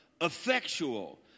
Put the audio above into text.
effectual